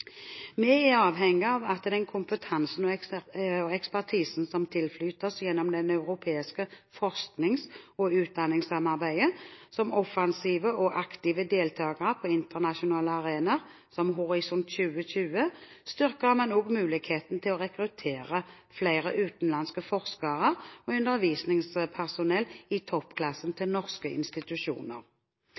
Vi er avhengig av den kompetansen og ekspertisen som tilflyter oss gjennom det europeiske forsknings- og utdanningssamarbeidet. Som offensive og aktive deltagere på internasjonale arenaer, som Horisont 2020, styrker man også mulighetene til å rekruttere flere utenlandske forskere og undervisningspersonell i toppklasse til norske institusjoner.